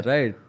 Right